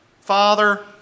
father